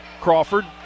Crawford